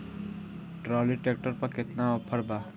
Trolley tractor पर केतना offer बा?